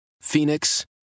Phoenix